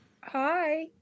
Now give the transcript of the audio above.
Hi